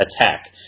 attack